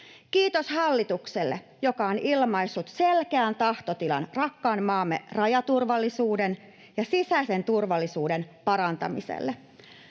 Kiitos hallitukselle, joka on ilmaissut selkeän tahtotilan rakkaan maamme rajaturvallisuuden ja sisäisen turvallisuuden parantamiselle.